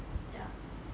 ya